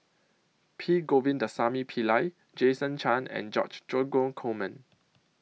P Govindasamy Pillai Jason Chan and George Dromgold Coleman